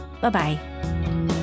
Bye-bye